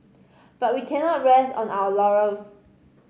but we cannot rest on our laurels